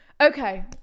okay